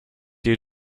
you